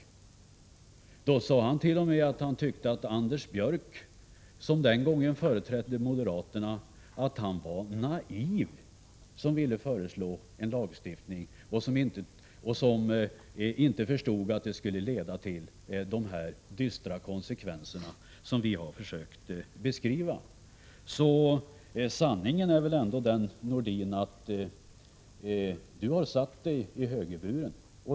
Då sade han t.o.m. att han tyckte att Anders Björck, som den gången företrädde moderaterna, var naiv som ville föreslå en lagstiftning och som inte förstod att den skulle leda till de dystra konsekvenser som vi har försökt beskriva. Sanningen är väl ändå den att Sven-Erik Nordin har satt sig i högerburen.